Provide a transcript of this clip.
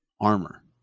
armor